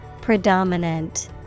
Predominant